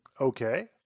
Okay